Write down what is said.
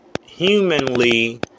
humanly